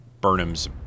Burnham's